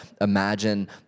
imagine